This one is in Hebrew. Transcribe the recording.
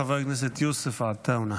חבר הכנסת יוסף עטאונה.